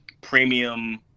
premium